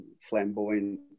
flamboyant